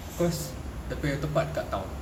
because dia punya tempat kat town